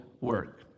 work